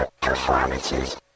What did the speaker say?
performances